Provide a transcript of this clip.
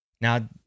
Now